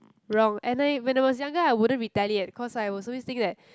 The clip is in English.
wrong and I when I was younger I wouldn't retaliate cause I was always think that